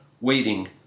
waiting